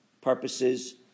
purposes